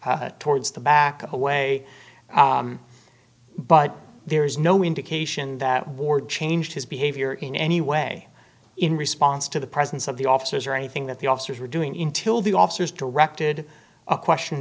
towards the back away but there is no indication that ward changed his behavior in any way in response to the presence of the officers or anything that the officers were doing intil the officers directed a question